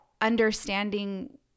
understanding